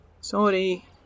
Sorry